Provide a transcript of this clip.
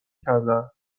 کردن